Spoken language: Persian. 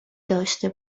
داشته